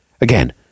Again